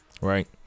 right